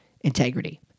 integrity